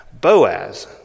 Boaz